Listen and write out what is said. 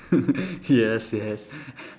yes yes